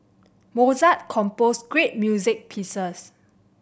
Mozart composed great music pieces